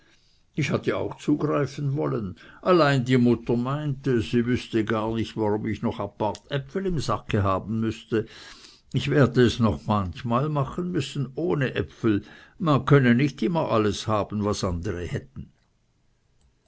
ich hatte auch zugreifen wollen allein die mutter meinte sie wüßte gar nicht warum ich noch apart äpfel im sack haben müsse ich werde es noch manchmal machen müssen ohne äpfel man könne nicht immer alles haben was andere hätten